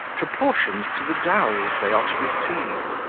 proportioned to the dowries they are to receive